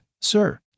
sir